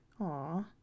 Aw